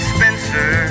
Spencer